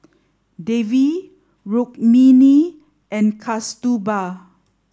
Devi Rukmini and Kasturba